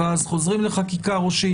ואז חוזרים לחקיקה ראשית.